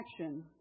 action